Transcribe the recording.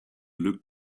look